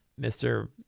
Mr